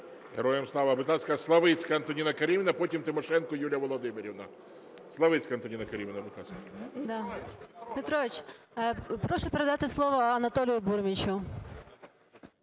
Героям слава! Будь ласка, Славицька Антоніна Керимівна, потім Тимошенко Юлія Володимирівна. Славицька Антоніна Керимівна, будь ласка. 13:27:28 СЛАВИЦЬКА А.К. Прошу передати слово Анатолію Бурмічу.